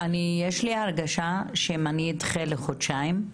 יש לי הרגשה שאם אני אדחה לחודשיים,